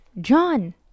John